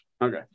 Okay